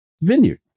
vineyard